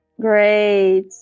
Great